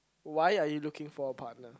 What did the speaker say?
why are you looking for a partner